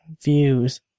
views